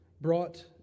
brought